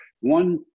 one